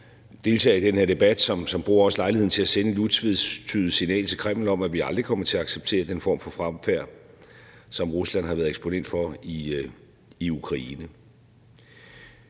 af deltagere i den her debat, som også bruger lejligheden til at sende et utvetydigt signal til Kreml om, at vi aldrig kommer til at acceptere den form for fremfærd, som Rusland har været eksponent for i Ukraine.